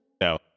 No